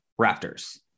Raptors